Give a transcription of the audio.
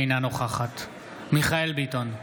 אינה נוכחת מיכאל מרדכי ביטון,